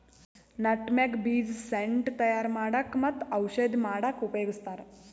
nutmeg ಬೀಜ scent ತಯಾರ್ ಮಾಡಕ್ಕ್ ಮತ್ತ್ ಔಷಧಿ ಮಾಡಕ್ಕಾ ಉಪಯೋಗಸ್ತಾರ್